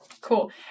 Cool